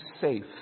safe